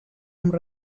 amb